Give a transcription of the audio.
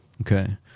Okay